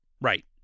Right